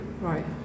Right